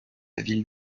ville